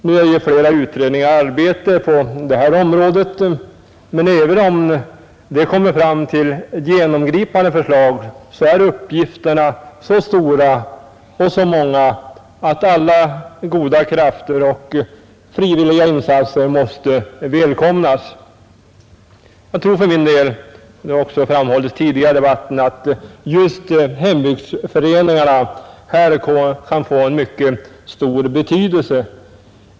Nu är flera utredningar i arbete på detta område, men även om de kommer fram till genomgripande förslag är uppgifterna så stora och så många att alla goda krafter och frivilliga insatser måste välkomnas. Jag tror för min del — det har också framhållits tidigare under debatten — att just hembygdsföreningarna här kan få en mycket stor betydelse.